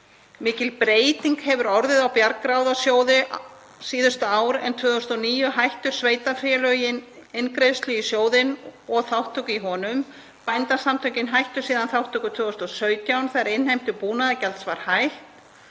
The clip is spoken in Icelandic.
Mikil breyting hefur orðið á Bjargráðasjóði síðustu ár en 2009 hættu sveitarfélögin inngreiðslu í sjóðinn og þátttöku í honum. Bændasamtökin hættu síðan þátttöku 2017 þegar innheimtu búnaðargjalds var hætt.